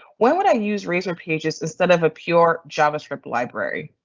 when would i use razor pages instead of a pure javascript library?